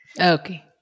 Okay